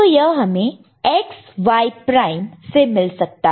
तो यह हमें XY प्राइम से मिल सकता है